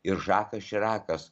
ir žakas širakas